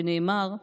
שנאמר: